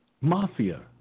mafia